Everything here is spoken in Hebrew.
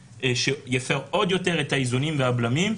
שיפר עוד יותר את האיזונים והבלמים,